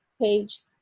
page